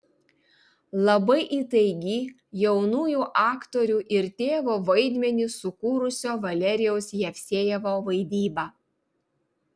labai įtaigi jaunųjų aktorių ir tėvo vaidmenį sukūrusio valerijaus jevsejevo vaidyba